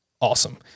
awesome